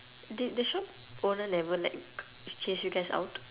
did the shop owner never like chase you guys out